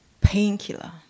painkiller